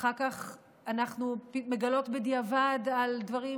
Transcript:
אחר כך אנחנו מגלות בדיעבד על דברים